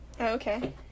Okay